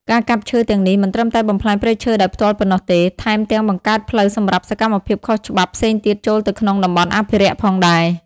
ការកាប់ឈើទាំងនេះមិនត្រឹមតែបំផ្លាញព្រៃឈើដោយផ្ទាល់ប៉ុណ្ណោះទេ ថែមទាំងបង្កើតផ្លូវសម្រាប់សកម្មភាពខុសច្បាប់ផ្សេងទៀតចូលទៅក្នុងតំបន់អភិរក្សផងដែរ។